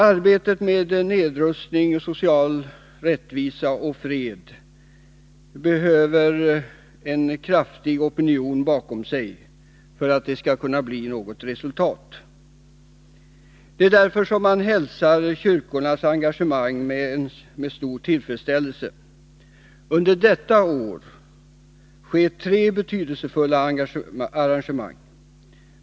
Arbetet med nedrustning, social rättvisa och fred behöver en kraftig opinion bakom sig för att det skall kunna bli något resultat. Det är därför som man hälsar kyrkornas engagemang med stor tillfredsställelse. Under detta år sker tre betydelsefulla arrangemang.